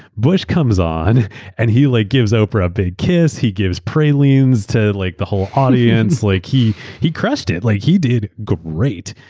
bush comes on and he like gives oprah a big kiss. he gives pralines to like the whole audience. like he he crushed it. like he did great.